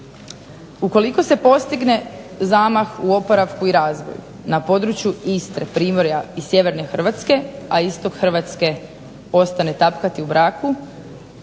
Ukoliko se postigne zamah u oporavku i razvoju na području Istre, Primorja i sjeverne Hrvatske, a istok Hrvatske ostane tapkati u mraku